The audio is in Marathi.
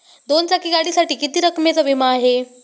दोन चाकी गाडीसाठी किती रकमेचा विमा आहे?